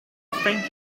thank